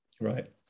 Right